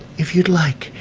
if you'd like.